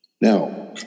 Now